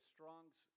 Strong's